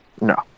No